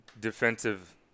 defensive